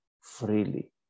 freely